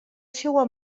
seua